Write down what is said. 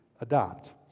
adopt